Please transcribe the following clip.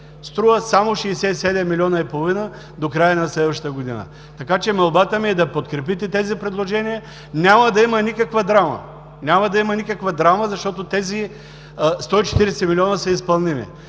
струва само 67,5 милиона до края на следващата година. Молбата ми е да подкрепите тези предложения. Няма да има никаква драма. Няма да има никаква драма, защото тези 140 млн. лв. са изпълними.